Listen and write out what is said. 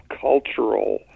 cultural